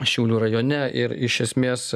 šiaulių rajone ir iš esmės